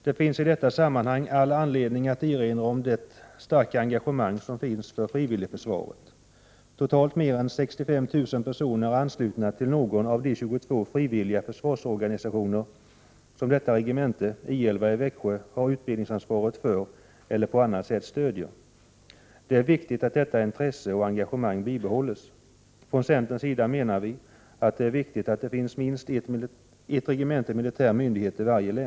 Det finns i detta sammanhang all anledning att erinra om det starka engagemang som finns för frivilligförsvaret. Totalt mer än 65 000 personer är anslutna till någon av de 22 frivilliga försvarsorganisationer som detta regemente — I 11 i Växjö — har utbildningsansvaret för eller på annat sätt stöder. Det är viktigt att detta intresse och engagemang bibehålls. Från centerns sida menar vi att det är viktigt att det finns minst ett regemente eller en militär myndighet i varje län.